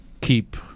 keep